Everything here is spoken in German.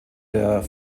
der